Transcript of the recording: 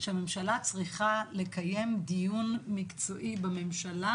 שהממשלה צריכה לקיים דיון מקצועי בממשלה,